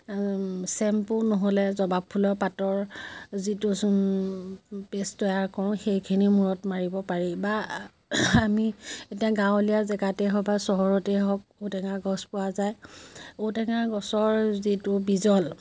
shampoo নহ'লে জবাব ফুলৰ পাতৰ যিটো পেষ্ট তৈয়াৰ কৰোঁ সেইখিনি মূৰত মাৰিব পাৰি বা আমি এতিয়া গাঁৱলীয়া জেগাতেই হওক বা চহৰতেই হওক ঔটেঙা গছ পোৱা যায় ঔটেঙা গছৰ যিটো বিজল